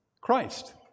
Christ